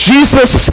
Jesus